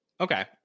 Okay